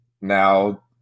Now